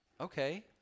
Okay